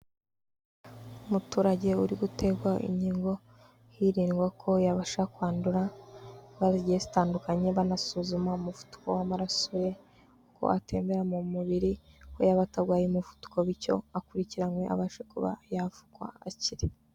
Umuturage uri guterwa inkingo, hirindwa ko yabasha kwandura indwara zigiye zitandukanye, banasuzuma umuvuduko w'amaraso ye uko atembera mu mubiri, ko yaba atarwaye umuvuduko bityo akurikiranywe abashe kuba yavugwa akire.